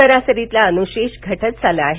सरासरीतला अनुशेष घटत चालला आहे